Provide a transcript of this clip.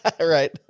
Right